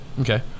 Okay